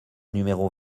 numéro